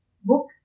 Book